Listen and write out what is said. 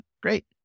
great